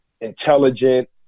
intelligent